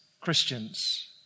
Christians